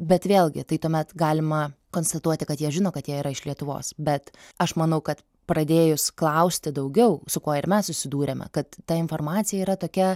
bet vėlgi tai tuomet galima konstatuoti kad jie žino kad jie yra iš lietuvos bet aš manau kad pradėjus klausti daugiau su kuo ir mes susidūrėme kad ta informacija yra tokia